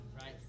Right